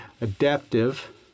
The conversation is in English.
adaptive